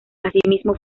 asimismo